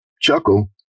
chuckle